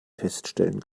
feststellen